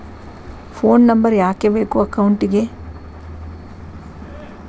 Phone number ಯಾಕೆ ಬೇಕು ಅಕೌಂಟಿಗೆ?